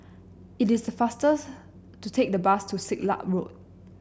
it is faster's to take the bus to Siglap Road